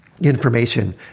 information